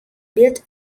built